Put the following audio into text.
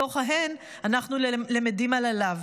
מתוך ההן, אנחנו למדים על הלאו.